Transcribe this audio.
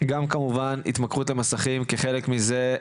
גם כמובן התמכרות המסכים כחלק מזה.